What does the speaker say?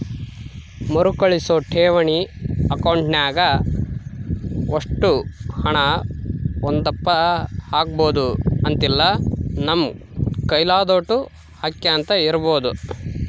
ಮರುಕಳಿಸೋ ಠೇವಣಿ ಅಕೌಂಟ್ನಾಗ ಒಷ್ಟು ಹಣ ಒಂದೇದಪ್ಪ ಹಾಕ್ಬಕು ಅಂತಿಲ್ಲ, ನಮ್ ಕೈಲಾದೋಟು ಹಾಕ್ಯಂತ ಇರ್ಬೋದು